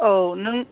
औ नों